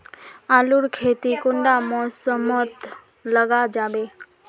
आलूर खेती कुंडा मौसम मोत लगा जाबे?